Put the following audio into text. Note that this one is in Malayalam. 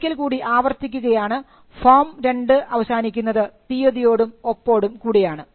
ഒരിക്കൽ കൂടി ആവർത്തിക്കുകയാണ് ഫോം രണ്ട് അവസാനിക്കുന്നത് തീയതിയോടും ഒപ്പോടും കൂടിയാണ്